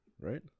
Right